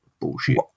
bullshit